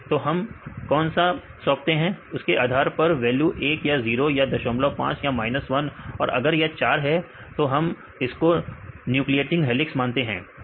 तो हम कौन सा सौंपते हैं उसके आधार पर वैल्यू 1 या 0 या 05 या माइनस 1 और अगर यह 4 है तो हम इसको न्यूक्लिलिएटिंग हेलिक्स मानते हैं